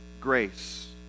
grace